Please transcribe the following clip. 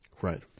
Right